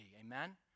Amen